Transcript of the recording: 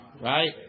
Right